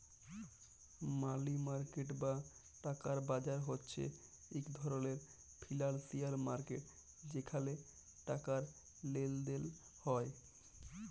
মালি market বা টাকার বাজার হছে ইক ধরলের ফিল্যালসিয়াল মার্কেট যেখালে টাকার লেলদেল হ্যয়